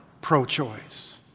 pro-choice